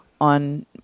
on